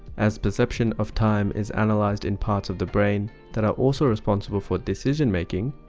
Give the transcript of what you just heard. as perception of time is analyzed in parts of the brain that are also responsible for decision making,